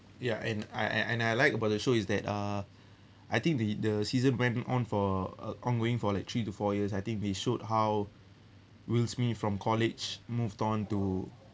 ya and I I and I like about the show is that uh I think the the season went on for uh ongoing for like three to four years I think they showed how will smith from college moved on to